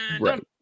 Right